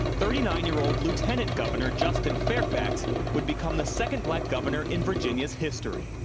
thirty nine year old lieutenant governor justin fairfax would become the second black governor in virginia's history.